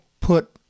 put